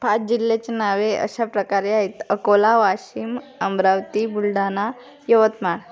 पाच जिल्ह्याची नावे अशाप्रकारे आहेत अकोला वाशिम अमरावती बुलढाणा यवतमाळ